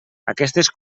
aquestes